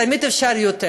תמיד אפשר יותר,